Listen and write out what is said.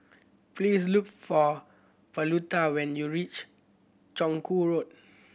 please look for Pauletta when you reach Chong Kuo Road